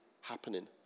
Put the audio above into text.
happening